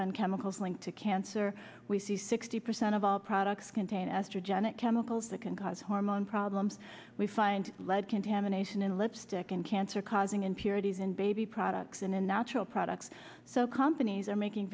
and chemicals linked to cancer we see sixty percent of all products contain estrogenic chemicals that can cause hormone problems we find lead contamination in let's stick and cancer causing impurities in baby products and in natural products so companies are making